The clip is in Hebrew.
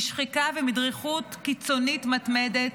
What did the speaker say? משחיקה ומדריכות קיצונית מתמדת,